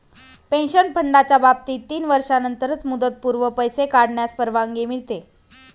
pension फंडाच्या बाबतीत तीन वर्षांनंतरच मुदतपूर्व पैसे काढण्यास परवानगी मिळते